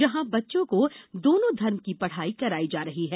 जहां बच्चों को दोनों धर्म की पढ़ाई कराई जा रही है